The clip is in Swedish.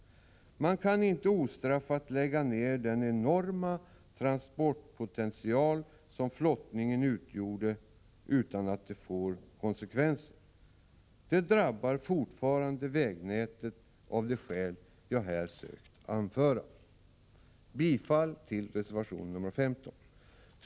Man kan inte ostraffat lägga ned den enorma transportpotential som flottningen utgjorde utan att det får konsekvenser. Det drabbar fortfarande vägnätet, av de skäl jag här sökt anföra. Jag yrkar bifall till reservation nr 14.